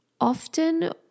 often